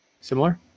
Similar